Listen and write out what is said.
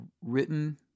written